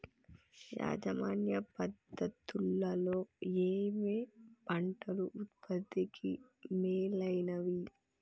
యాజమాన్య పద్ధతు లలో ఏయే పంటలు ఉత్పత్తికి మేలైనవి?